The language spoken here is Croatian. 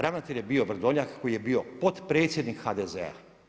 Ravnatelj je bio Vrdoljak koji je bio potpredsjednik HDZ-a.